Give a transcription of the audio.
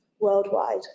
worldwide